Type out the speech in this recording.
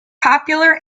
popular